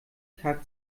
tag